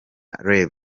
rev